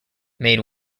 made